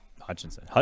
hutchinson